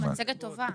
מצגת טובה.